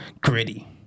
gritty